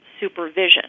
supervision